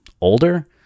older